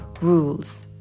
rules